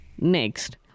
Next